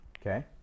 Okay